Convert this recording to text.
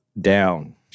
down